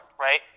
right